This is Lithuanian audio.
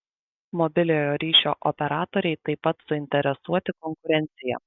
mobiliojo ryšio operatoriai taip pat suinteresuoti konkurencija